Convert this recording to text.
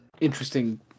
interesting